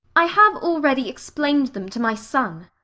i have already explained them to my son.